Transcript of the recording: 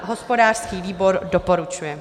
Hospodářský výbor doporučuje.